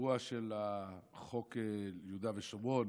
האירוע של חוק יהודה ושומרון,